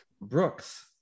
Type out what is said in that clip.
Brooks